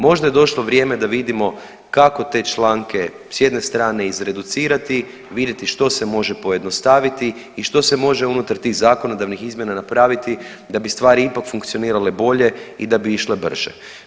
Možda je došlo vrijeme da vidimo kako te članke s jedne strane izreducirati, vidjeti što se može pojednostaviti i što se može unutar tih zakonodavnih izmjena napraviti da bi stvari ipak funkcionirale bolje i da bi išle brže.